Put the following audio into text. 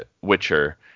Witcher